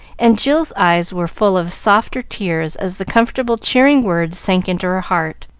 and jill's eyes were full of softer tears as the comfortable, cheering words sank into her heart,